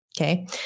Okay